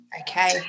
Okay